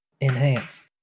Enhance